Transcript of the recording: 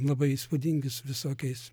labai įspūdingi su visokiais